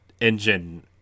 engine